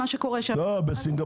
מה קורה בסינגפור?